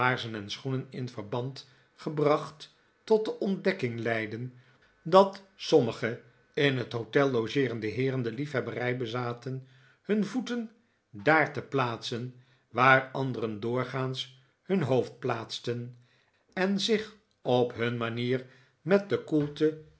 en schoenen in verband gebracht tot de ontdekking leidden dat sommige in het hotel logeerende heeren de liefhebberij bezaten hun voeten daar te plaatsen waar anderen doorgaans hun hoofd plaatsen en zich op hun manier met de koelte